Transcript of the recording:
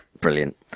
Brilliant